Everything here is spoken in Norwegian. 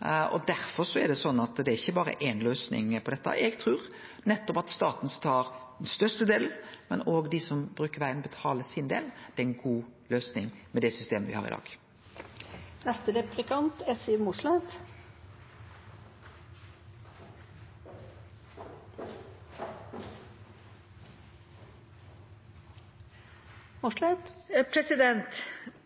Derfor er det ikkje berre ei løysing på dette. Eg trur nettopp at det at staten tar størstedelen, men òg at dei som bruker vegen, betaler sin del, er ei god løysing med det systemet me har i dag.